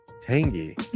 tangy